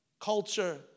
culture